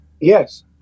Yes